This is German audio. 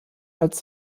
als